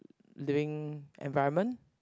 living environment